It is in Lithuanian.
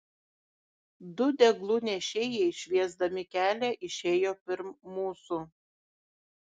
du deglų nešėjai šviesdami kelią išėjo pirm mūsų